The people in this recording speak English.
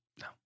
No